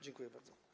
Dziękuję bardzo.